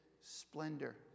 splendor